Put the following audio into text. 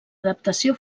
adaptació